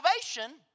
salvation